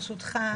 ברשותך,